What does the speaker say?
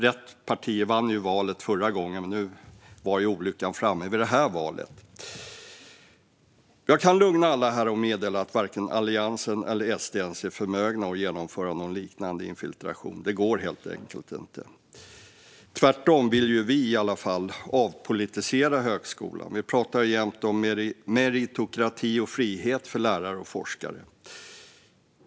"Rätt" partier vann ändå valet den gången, men vid det senaste valet var ju olyckan framme. Jag kan lugna alla här och meddela att varken alliansen eller SD ens är förmögna att genomföra någon liknande infiltration. Det går helt enkelt inte. Tvärtom vill i alla fall vi avpolitisera högskolan. Vi pratar jämt om meritokrati och frihet för lärare och forskare.